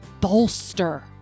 bolster